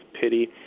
pity